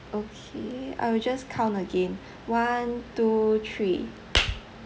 okay I'll just count again one two three